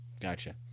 gotcha